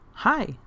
Hi